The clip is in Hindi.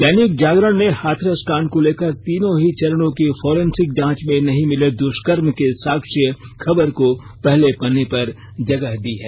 दैनिक जागरण ने हाथरस कांड को लेकर तीनों ही चरणों की फॉरेंसिक जांच में नहीं मिले दुष्कर्म के साक्ष्य खबर को पहले पन्ने पर जगह दी है